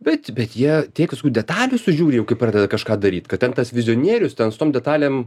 bet bet jie tiek visų detalių sužiūri jau kai pradeda kažką daryt kad ten tas vizionierius ten su tom detalėm